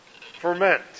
ferment